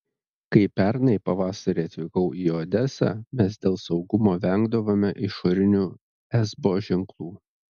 kai pernai pavasarį atvykau į odesą mes dėl saugumo vengdavome išorinių esbo ženklų